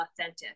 authentic